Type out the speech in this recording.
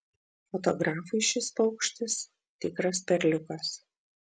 fotografui šis paukštis tikras perliukas